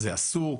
זה אסור,